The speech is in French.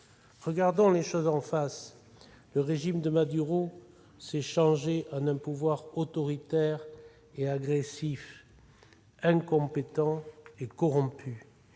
Regardons les choses en face ! Le régime de Maduro s'est changé en un pouvoir autoritaire et agressif, incompétent et corrompu.